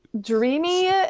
dreamy